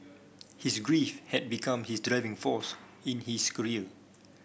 his grief had become his driving force in his career